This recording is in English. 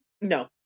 No